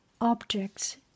objects